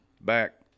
back